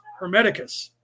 Hermeticus